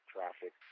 Traffic